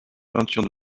peintures